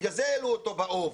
לכן העלו אותו באוב,